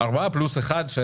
ארבעה פלוס אחד.